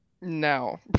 no